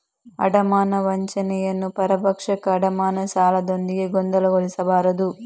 ಅಡಮಾನ ವಂಚನೆಯನ್ನು ಪರಭಕ್ಷಕ ಅಡಮಾನ ಸಾಲದೊಂದಿಗೆ ಗೊಂದಲಗೊಳಿಸಬಾರದು